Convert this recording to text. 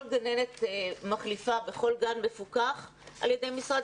כל גננת מחליפה בכל גן מפוקח על ידי משרד